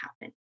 happen